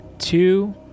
Two